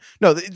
no